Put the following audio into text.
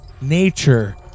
nature